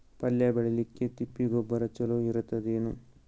ಪಲ್ಯ ಬೇಳಿಲಿಕ್ಕೆ ತಿಪ್ಪಿ ಗೊಬ್ಬರ ಚಲೋ ಇರತದೇನು?